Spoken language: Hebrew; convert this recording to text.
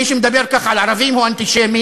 מי שמדבר ככה על ערבים הוא אנטישמי,